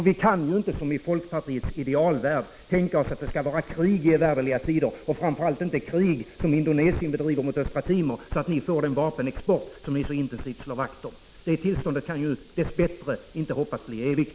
Vi kan inte, som i folkpartiets idealvärld, tänka oss att det skall vara krig i evärdliga tider, framför allt inte det krig som Indonesien bedriver mot Östra Timor, så att ni får den vapenexport som ni så intensivt slår vakt om. Det tillståndet kan ju dess bättre inte bli evigt.